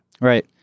Right